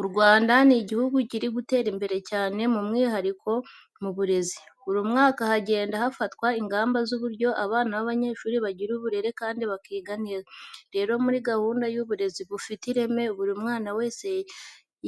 U Rwanda ni igihugu kiri gutera imbere cyane by'umwihariko mu burezi. Buri mwaka hagenda hafatwa ingamba z'uburyo abana b'abanyeshuri bagira uburere kandi bakiga neza. Rero muri gahunda y'uburezi bufite ireme, buri mwana wese